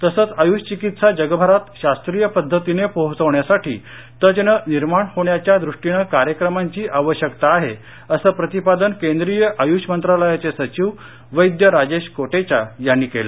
तसच आयुष चिकित्सा जगभरात शास्त्रीय पद्धतीने पोहोचवण्यासाठी तज्ज्ञ निर्माण होण्याच्या दुष्टीनं कार्यक्रमांची आवश्यकता आहे असं प्रतिपादन केंद्रीय आयुष मंत्रालयाचे सचिव वैद्य राजेश कोटेचा यांनी केलं